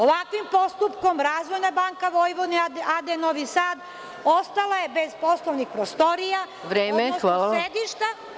Ovakvim postupkom Razvojna banka Vojvodine AD Novi Sad ostala je bez poslovnih prostorija, odnosno sedišta…